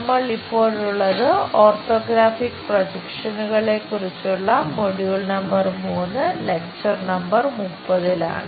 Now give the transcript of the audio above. നമ്മൾ ഇപ്പോഴുള്ളത് ഓർത്തോഗ്രാഫിക് പ്രൊജക്ഷനുകളെ കുറിച്ചുള്ള മൊഡ്യൂൾ നമ്പർ 30 ലാണ്